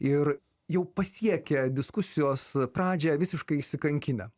ir jau pasiekia diskusijos pradžią visiškai išsikankinę